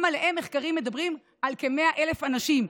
גם עליהם מחקרים מדברים על כ-100,000 אנשים.